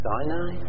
Sinai